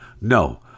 No